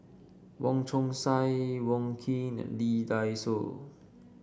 Wong Chong Sai Wong Keen and Lee Dai Soh